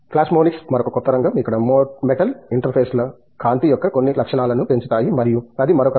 plasmonics మరొక కొత్త రంగం ఇక్కడ మెటల్ ఇంటర్ఫేస్లు కాంతి యొక్క కొన్ని లక్షణాలను పెంచుతాయి మరియు అది మరొక రంగం